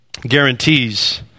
guarantees